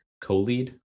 co-lead